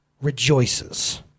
rejoices